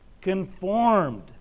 conformed